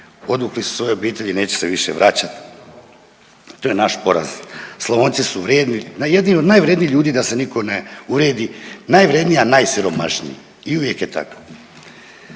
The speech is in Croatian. odvukli su svoje obitelji i neće se više vraćati, to je naš poraz. Slavonci su vrijedni, jedni od najvrjednijih ljudi, da se nitko ne uvrijedi, najvrjedniji, a najsiromašniji i uvijek je tako.